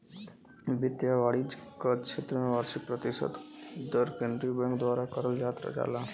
वित्त या वाणिज्य क क्षेत्र में वार्षिक प्रतिशत दर केंद्रीय बैंक द्वारा तय करल जाला